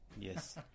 Yes